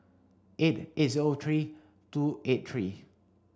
eight is O three two eight three